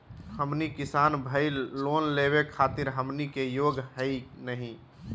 हमनी किसान भईल, लोन लेवे खातीर हमनी के योग्य हई नहीं?